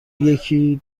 یکی